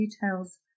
details